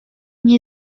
nie